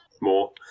more